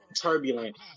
turbulent